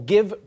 Give